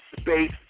space